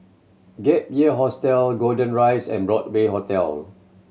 Gap Year Hostel Golden Rise and Broadway Hotel